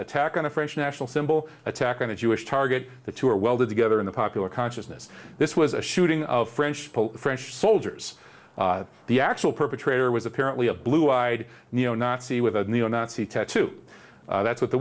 attack on a french national symbol attack on a jewish target the two were welded together in the popular consciousness this was a shooting of french french soldiers the actual perpetrator was apparently a blue eyed neo nazi with a neo nazi tattoo that's what the